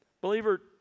Believer